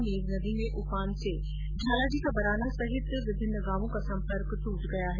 मेज नदी में उफान से झालाजी का बराना सहित विभिन्न गांवों का सम्पर्क द्रट गया है